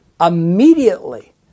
Immediately